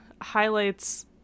highlights